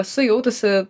esu jautusi